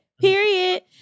Period